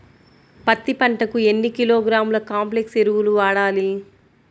పత్తి పంటకు ఎన్ని కిలోగ్రాముల కాంప్లెక్స్ ఎరువులు వాడాలి?